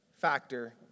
factor